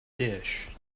dish